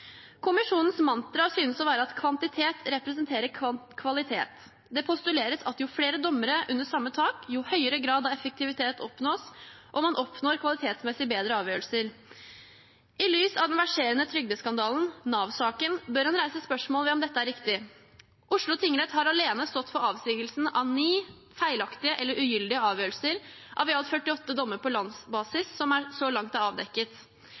«Kommisjonens mantra synes å være at kvantitet representerer kvalitet. Det postuleres at jo flere dommere under samme tak; jo høyere grad av effektivitet oppnås og man oppnår kvalitetsmessig «bedre» rettsavgjørelser. I lys av den verserende trygdeskandalen; NAV-saken, bør en reise spørsmål om dette postulatet er riktig. Oslo tingrett har alene stått for avsigelsen av 9 feilaktige; eller ugyldige, avgjørelser av i alt 48 dommer på landsbasis som så langt er avdekket.